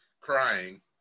crying